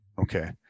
Okay